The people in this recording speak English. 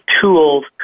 tools